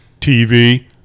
TV